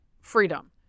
freedom